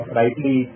rightly